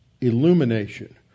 illumination